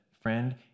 friend